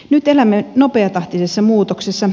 nyt elämme nopeatahtisessa muutoksessa